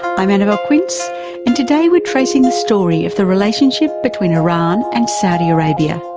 i'm annabelle quince and today we're tracing the story of the relationship between iran and saudi arabia.